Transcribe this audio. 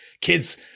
Kids